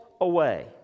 away